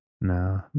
no